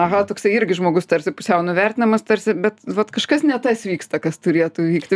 aha toksai irgi žmogus tarsi pusiau nuvertinamas tarsi bet vat kažkas ne tas vyksta kas turėtų vykti